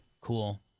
Cool